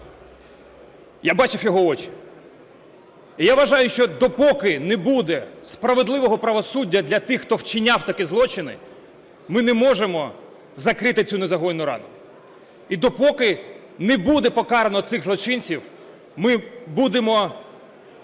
Я бачив його очі. І я вважаю, що допоки не буде справедливого правосуддя для тих, хто вчиняв такі злочини, ми не можемо закрити цю незагоєну рану. І допоки не буде покарано цих злочинців, ми будемо